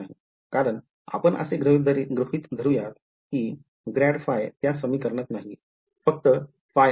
कारण आपण असे गृहीत धरूयात की त्यात समीकरणात नाहीये फक्त फाय आहे